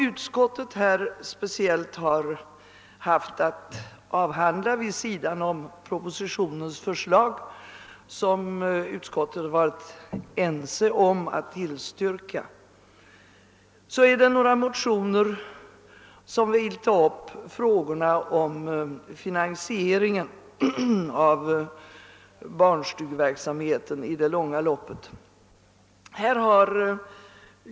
Utskottet har vid sidan om propositionens förslag speciellt haft att avhandla ett par likalydande motioner, som tar upp frågan om den långsiktiga finansieringen av barnstugeverksamheten, och utskottet har varit enigt om att tillstyrka dessa.